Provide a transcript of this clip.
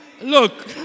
Look